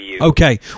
Okay